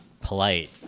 polite